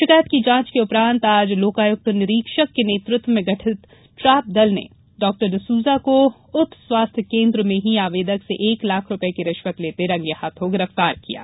शिकायत की जांच के उपरांत आज लोकायुक्त निरीक्षक के नेतृत्व में गठित ट्रेप दल ने डॉ जसूजा को उप स्वास्थ्य केंद्र में ही आवेदक से एक लाख रुपए की रिश्वत लेते रंगे हाथों गिरफ्तार किया है